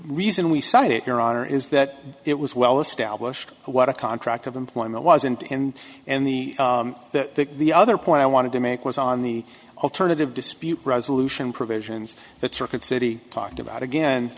reason we cited it your honor is that it was well established what a contract of employment wasn't in and the that the other point i wanted to make was on the alternative dispute resolution provisions that circuit city talked about again